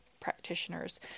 practitioners